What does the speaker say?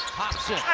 hobson